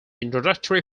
introductory